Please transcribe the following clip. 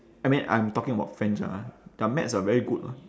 I mean I'm talking about french ah their maths are very good lah